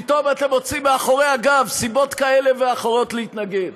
פתאום אתם מוצאים מאחורי הגב סיבות כאלה ואחרות להתנגד.